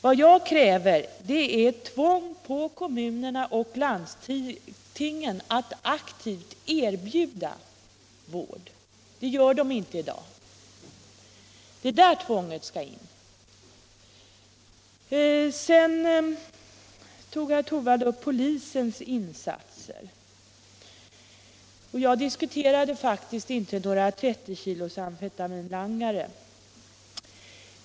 Vad jag kräver är ett tvång på kommuner och landsting att aktivt erbjuda vård. Det gör de inte i dag. Det är där som tvånget skall sättas in. Herr Torwald tog sedan upp polisens insatser, men jag diskuterade faktiskt inte frågan om människor som langar 30 kilo amfetamin.